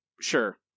sure